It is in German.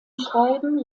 schreiben